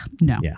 no